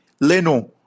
Leno